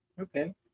Okay